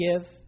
give